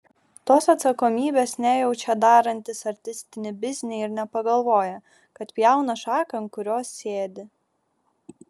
tos atsakomybės nejaučia darantys artistinį biznį ir nepagalvoja kad pjauna šaką ant kurios sėdi